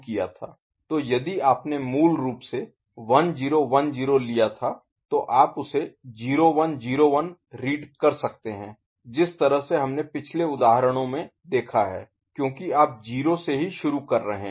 तो यदि आपने मूल रूप से 1010 लिया था तो आप उसे 0101 रीड कर सकते हैं जिस तरह से हमने पिछले उदाहरणों में देखा है क्योंकि आप 0 से ही शुरु कर रहे हैं